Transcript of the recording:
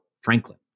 Franklin